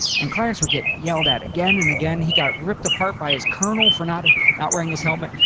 and clarence would get yelled at again and again. he got ripped apart by his colonel for not not wearing his helmet.